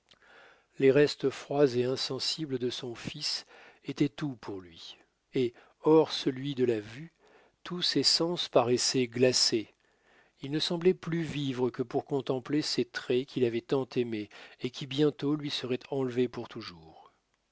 les restes froids et insensibles de son fils étaient tout pour lui et hors celui de la vue tous ses sens paraissaient glacés il ne semblait plus vivre que pour contempler ces traits qu'il avait tant aimés et qui bientôt lui seraient enlevés pour toujours